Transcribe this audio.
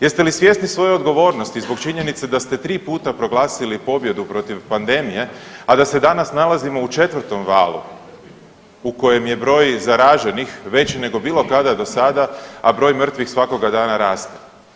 Jeste li svjesni svoje odgovornosti zbog činjenice da ste 3 puta proglasili pobjedu protiv pandemije, a da se danas nalazimo u 4. valu u kojem je broj zaraženih veći nego bilo kada do sada, a broj mrtvih svakoga dana raste?